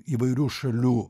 įvairių šalių